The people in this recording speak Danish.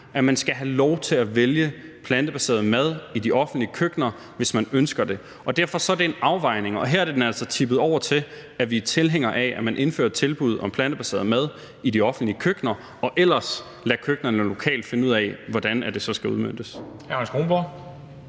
at man skal have lov til at vælge plantebaseret mad i de offentlige køkkener, hvis man ønsker det. Og derfor er det en afvejning, og her er den altså tippet over til, at vi er tilhængere af, at man indfører et tilbud om plantebaseret mad i de offentlige køkkener og så lader køkkenerne lokalt finde ud af, hvordan det så skal udmøntes.